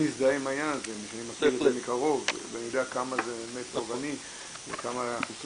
אני חייב לומר שבאמת אני רואה מטעמך מחויבות